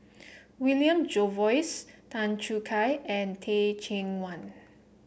William Jervois Tan Choo Kai and Teh Cheang Wan